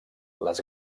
les